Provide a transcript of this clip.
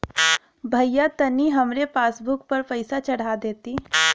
भईया तनि हमरे पासबुक पर पैसा चढ़ा देती